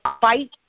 fight